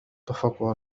إتفقوا